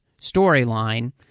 storyline